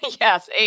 Yes